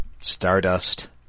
Stardust